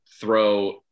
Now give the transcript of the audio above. throw